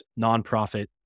nonprofit